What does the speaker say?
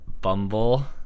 Bumble